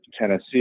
tennessee